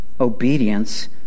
obedience